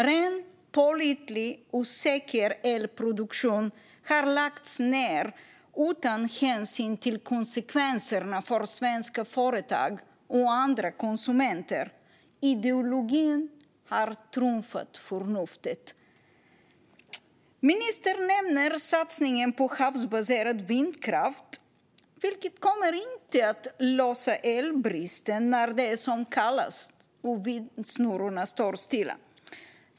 Ren, pålitlig och säker elproduktion har lagts ned utan hänsyn till konsekvenserna för svenska företag och andra konsumenter. Ideologin har trumfat förnuftet. Ministern nämner satsningen på havsbaserad vindkraft, vilken inte kommer att lösa elbristen när det är som kallast och vindsnurrorna står stilla.